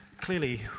Clearly